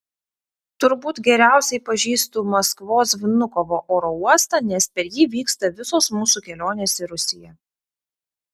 turbūt geriausiai pažįstu maskvos vnukovo oro uostą nes per jį vyksta visos mūsų kelionės į rusiją